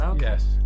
Yes